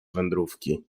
wędrówki